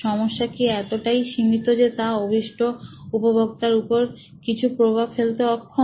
সমস্যা কি এতটাই সীমিত যে তা অভীষ্ট উপভোক্তার উপর কিছু প্রভাব ফেলতে অক্ষম